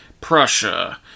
Prussia